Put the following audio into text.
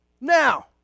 Now